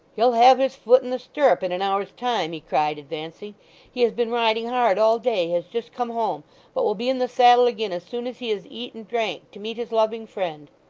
he'll have his foot in the stirrup in an hour's time he cried, advancing. he has been riding hard all day has just come home but will be in the saddle again as soon as he has eat and drank, to meet his loving friend